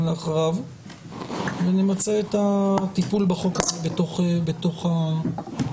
לאחריו ונמצה את הטיפול בחוק הזה בתוך הפגרה.